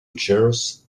chairs